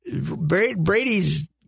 Brady's